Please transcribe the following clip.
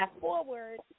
forward